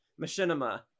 Machinima